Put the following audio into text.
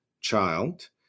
child